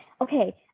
okay